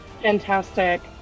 fantastic